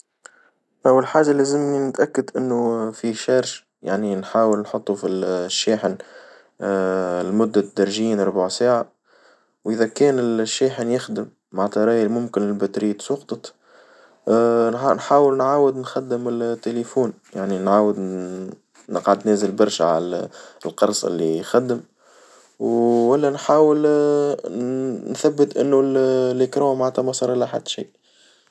أول حاجة لازمني نتأكد إنه في شيرش يعني نحاول نحطو في الشاحن لمدة ترجين ربع ساعة، وإذا كان الشاحن يخدم معنتها راهي ممكن البطارية سقطت نحاول نعاود نخدم التليفون يعني نعاود نقعد ننزل برشا على القرص اللي يخدم والا نحاول نثبت إنو ال الإيكرو معنتها ما صار لها حد شيء.